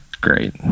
great